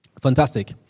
Fantastic